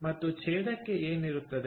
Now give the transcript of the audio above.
ಮತ್ತು ಛೇದಕ್ಕೆ ಏನು ಆಗುತ್ತದೆ